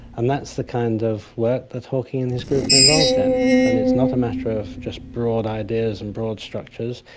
and that's the kind of work that hawking and his group are involved in, and it's not a matter of just broad ideas and broad structures,